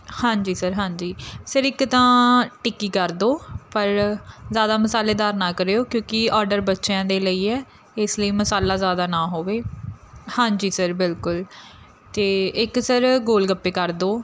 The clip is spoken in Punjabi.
ਹਾਂਜੀ ਸਰ ਹਾਂਜੀ ਸਰ ਇੱਕ ਤਾਂ ਟਿੱਕੀ ਕਰ ਦਿਓ ਪਰ ਜ਼ਿਆਦਾ ਮਸਾਲੇਦਾਰ ਨਾ ਕਰਿਓ ਕਿਉਂਕਿ ਆਰਡਰ ਬੱਚਿਆਂ ਦੇ ਲਈ ਹੈ ਇਸ ਲਈ ਮਸਾਲਾ ਜ਼ਿਆਦਾ ਨਾ ਹੋਵੇ ਹਾਂਜੀ ਸਰ ਬਿਲਕੁਲ ਅਤੇ ਇੱਕ ਸਰ ਗੋਲ ਗੱਪੇ ਕਰ ਦਿਓ